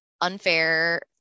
unfair